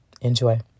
Enjoy